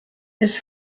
his